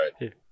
Right